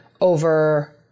over